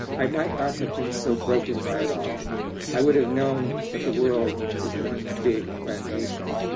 i might not have been so broken by it all i would have known that the world is one big plantation.